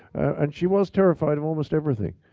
and she was terrified of almost everything.